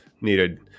needed